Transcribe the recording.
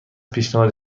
پیشنهاد